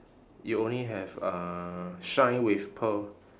you only have uh shine with pearl